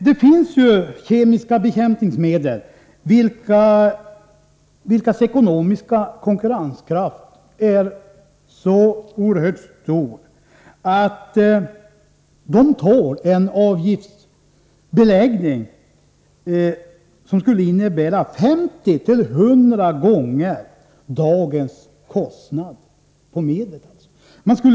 Det finns ju kemiska bekämpningsmedel, vilkas konkurrenskraft ekonomiskt sett är så oerhört stor att de tål att beläggas med en avgift som skulle innebära 50 till 100 gånger högre priser jämfört med i dag.